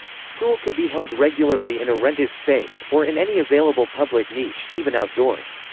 school could be held regularly in a rented space, or in any available public niche, even outdoors.